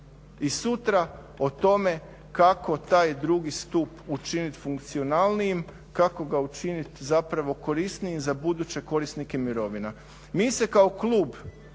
i sutra o tome kako taj drugi stup učiniti funkcionalnijim, kako ga učiniti zapravo korisnijim za buduće korisnike mirovina? Mi se kao klub